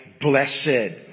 Blessed